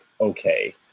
okay